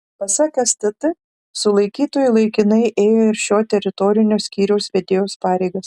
pasak stt sulaikytoji laikinai ėjo ir šio teritorinio skyriaus vedėjos pareigas